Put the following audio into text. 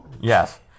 Yes